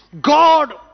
God